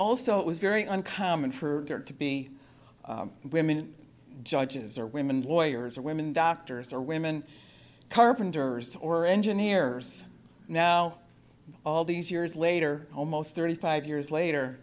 also it was very uncommon for there to be women judges or women lawyers or women doctors or women carpenters or engineers now all these years later almost thirty five years later